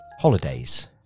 Holidays